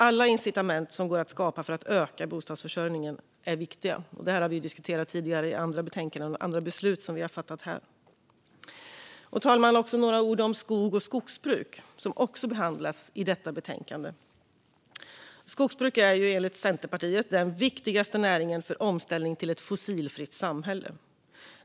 Alla incitament som går att skapa för att öka bostadsförsörjningen är viktiga. Det har vi diskuterat i andra betänkanden och andra beslut som vi har fattat här. Herr talman! Låt mig säga några ord om skog och skogsbruk, som också behandlas i detta betänkande. Skogsbruk är enligt Centerpartiet den viktigaste näringen för omställning till ett fossilfritt samhälle.